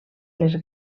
les